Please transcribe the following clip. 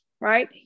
right